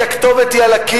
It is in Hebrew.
כי הכתובת היא על הקיר,